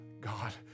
God